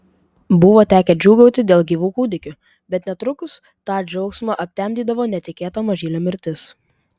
buvo tekę džiūgauti dėl gyvų kūdikių bet netrukus tą džiaugsmą aptemdydavo netikėta mažylio mirtis